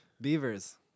Beavers